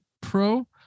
Pro